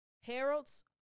Harold's